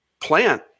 plant